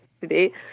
today